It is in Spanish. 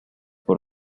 por